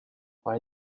why